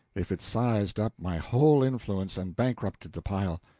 if it sized up my whole influence and bankrupted the pile.